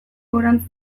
gorantz